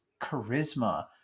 charisma